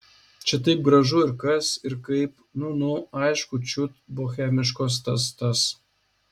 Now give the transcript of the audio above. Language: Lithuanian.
čia taip gražu ir kas ir kaip nu nu aišku čiut bohemiškos tas tas